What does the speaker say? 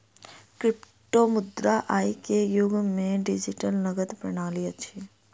क्रिप्टोमुद्रा आई के युग के डिजिटल नकद प्रणाली अछि